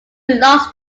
lost